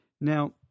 Now